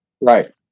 Right